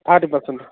thirty percent